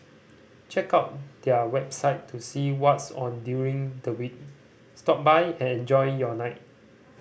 check out their website to see what's on during the week stop by and enjoy your night